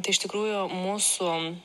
tai iš tikrųjų mūsų